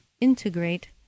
integrate